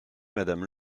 madame